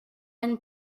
and